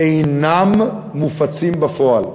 אינם מופצים בפועל.